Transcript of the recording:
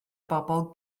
bobl